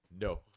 no